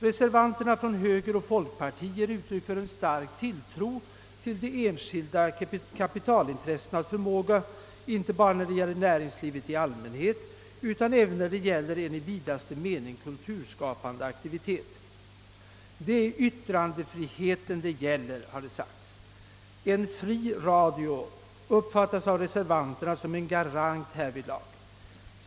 Reservanterna från högern och folkpartiet ger uttryck för en stark tilltro till de enskilda kapitalintressenas förmåga inte bara när det gäller näringslivet i allmänhet utan även när det gäller denna i vidaste mening kulturskapande aktivitet. Det är yttrandefriheten det gäller, har det sagts. En »fri radio» uppfattas av reservanterna som en garant härvidlag.